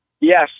Yes